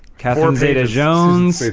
catherine zeta-jones,